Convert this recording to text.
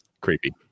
Creepy